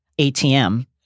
ATM